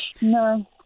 No